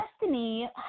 Destiny